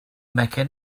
mecca